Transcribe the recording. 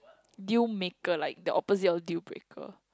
deal maker like the opposite of deal breaker